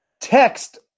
Text